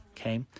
Okay